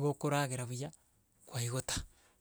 yago ebe egwansa naende ekong'usa.